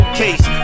case